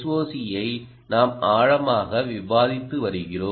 SOC ஐ நாம் ஆழமாக விவாதித்து வருகிறோம்